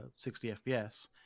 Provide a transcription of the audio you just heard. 60fps